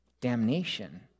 Damnation